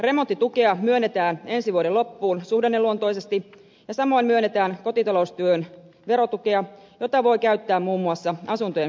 remonttitukea myönnetään ensi vuoden loppuun asti suhdanneluontoisesti ja samoin myönnetään kotitaloustyön verotukea jota voi käyttää muun muassa asuntojen korjaamiseen